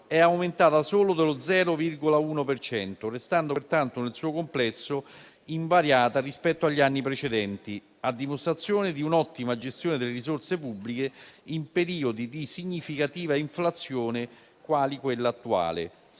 è aumentata solo dello 0,1 per cento, restando pertanto nel suo complesso invariata rispetto agli anni precedenti, a dimostrazione di un'ottima gestione delle risorse pubbliche in periodi di significativa inflazione quale quello attuale.